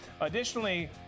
Additionally